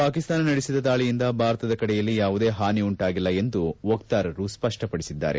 ಪಾಕಿಸ್ತಾನ ನಡೆಸಿದ ದಾಳಿಯಿಂದ ಭಾರತದ ಕಡೆಯಲ್ಲಿ ಯಾವುದೇ ಹಾನಿಯುಂಟಾಗಿಲ್ಲ ಎಂದು ವಕ್ತಾರರು ಸ್ಪಷ್ಟಪಡಿಸಿದ್ದಾರೆ